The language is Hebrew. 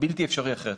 בלתי אפשרי אחרת,